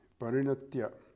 Parinatya